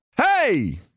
Hey